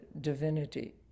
divinity